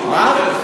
מה?